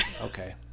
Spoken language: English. okay